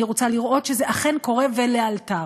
אני רוצה לראות שזה אכן קורה, ולאלתר.